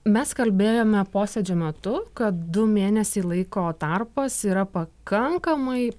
mes kalbėjome posėdžio metu kad du mėnesiai laiko tarpas yra pakankamai